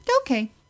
Okay